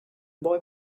boy